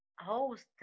host